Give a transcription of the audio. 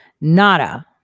nada